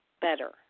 better